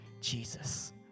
Jesus